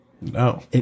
No